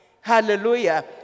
Hallelujah